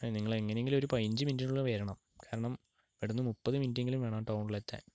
നിങ്ങളെങ്ങനെയെങ്കിലും ഒരു പതിനഞ്ച് മിനുറ്റിന്റെയുള്ളിൽ വരണം കാരണം ഇവിടെനിന്നു മുപ്പത് മിനുറ്റെങ്കിലും വേണം ടൗണിലെത്താൻ